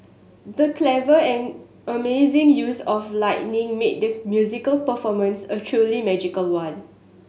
the clever and amazing use of lighting made the musical performance a truly magical one